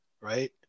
Right